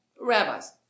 Rabbis